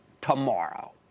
tomorrow